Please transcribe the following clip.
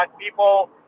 people